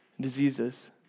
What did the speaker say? diseases